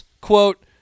Quote